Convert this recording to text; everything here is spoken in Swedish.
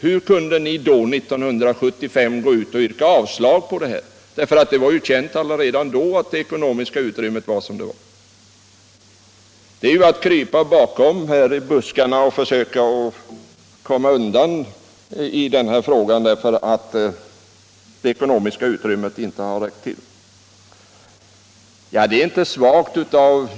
Hur kunde ni 1975 yrka avslag på vårt förslag? Det var ju redan då känt att det ekonomiska utrymmet var knappt. Det är att krypa i buskarna och försöka komma undan i denna fråga med motiveringen att det ekonomiska utrymmet inte har räckt till.